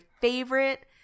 favorite